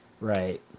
Right